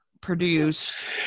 produced